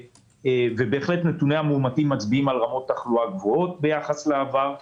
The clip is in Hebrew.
ובהחלט נתוני המאומתים מצביעים על רמות תחלואה גבוהות ביחס לעבר,